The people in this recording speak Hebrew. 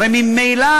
הרי ממילא,